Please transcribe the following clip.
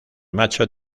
macho